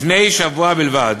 לפני שבוע בלבד